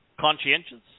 Conscientious